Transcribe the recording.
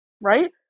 Right